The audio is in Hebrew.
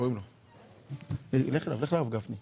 למה כל שירות שהממשלה עושה יחד עם השלטון המקומי,